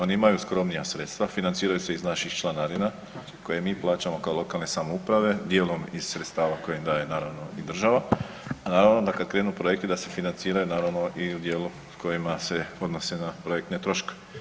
Oni imaju skromnija sredstva, financiraju se iz naših članarina koje im plaćamo kao lokalne samouprave, dijelom iz sredstava koje daje naravno i država, a naravno da kad krenu projekti da se financiraju naravno i u dijelu kojima se odnose na projektne troškove.